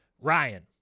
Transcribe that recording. Ryan